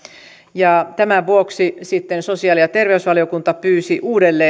tämän vuoksi sosiaali ja terveysvaliokunta pyysi